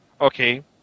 okay